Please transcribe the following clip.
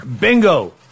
Bingo